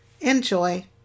Enjoy